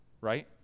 right